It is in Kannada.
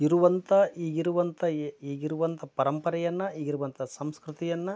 ಇರುವಂಥಾ ಈಗಿರುವಂಥಾ ಈಗಿರುವಂಥಾ ಪರಂಪರೆಯನ್ನ ಈಗಿರುವಂಥಾ ಸಂಸ್ಕೃತಿಯನ್ನ